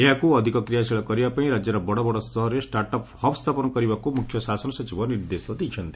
ଏହାକୁ ଅଧିକ କ୍ରିୟାଶୀଳ କରିବାପାଇଁ ରାଜ୍ୟର ବଡ଼ ବଡ଼ ସହରରେ ଷ୍ଟାର୍ଟ ଅପ୍ ହବ୍ ସ୍ଥାପନ କରିବାକୁ ମୁଖ୍ୟ ଶାସନ ସଚିବ ନିର୍ଦ୍ଦେଶ ଦେଇଛନ୍ତି